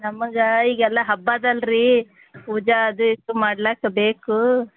ನಮಗೆ ಈಗ ಎಲ್ಲ ಹಬ್ಬ ಅದಲ್ರೀ ಪೂಜೆ ಅದು ಇದು ಮಾಡ್ಲಿಕ್ಕ ಬೇಕು